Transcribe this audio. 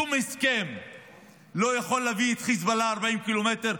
שום הסכם לא יכול להביא את חיזבאללה 40 קילומטר,